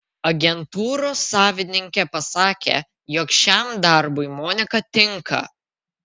agentūros savininkė pasakė jog šiam darbui monika tinka